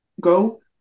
go